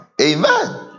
Amen